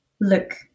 Look